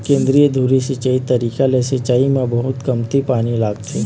केंद्रीय धुरी सिंचई तरीका ले सिंचाई म बहुत कमती पानी लागथे